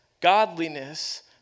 godliness